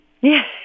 Yes